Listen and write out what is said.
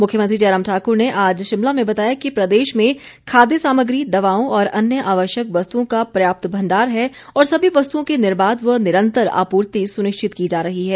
मुख्यमंत्री जयराम ठाकुर ने आज शिमला में बताया कि प्रदेश में खाद्य सामग्री दवाओं और अन्य आवश्यक वस्तुओं का पर्याप्त भंडार है और सभी वस्तुओं की निर्बाध व निरंतर आपूर्ति सुनिश्चित की जा रही है